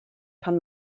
pan